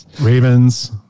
Ravens